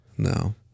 No